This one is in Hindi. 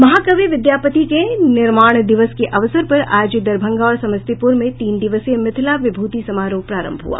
महाकवि विद्यापति के निर्वाण दिवस के अवसर पर आज दरभंगा और समस्तीपुर में तीन दिवसीय मिथिला विभूति समारोह प्रारंभ हुआ